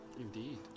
Indeed